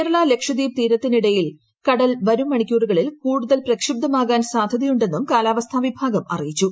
കേരള ലക്ഷദ്വീപ് തീരത്തിനിടയിൽ കട്ടൽ പ്പവരും മണിക്കൂറുകളിൽ കൂടുതൽ പ്രക്ഷുബ്ധമാകാൻ സാക്ട്രിത്യുണ്ടെന്നും കാലാവസ്ഥാ വിഭാഗം അറിയിച്ചു